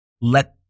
let